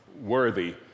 worthy